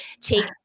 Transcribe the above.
take